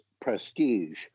prestige